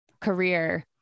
career